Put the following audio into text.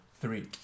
three